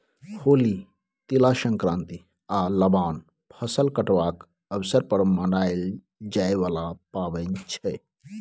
होली, तिला संक्रांति आ लबान फसल कटबाक अबसर पर मनाएल जाइ बला पाबैन छै